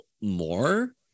more